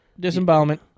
Disembowelment